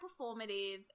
performative